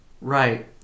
Right